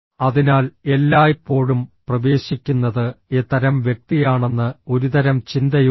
അതിനാൽ എല്ലായ്പ്പോഴും പ്രവേശിക്കുന്നത് എ തരം വ്യക്തിയാണെന്ന് ഒരുതരം ചിന്തയുണ്ട്